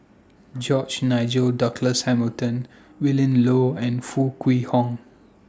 George Nigel Douglas Hamilton Willin Low and Foo Kwee Horng